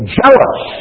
jealous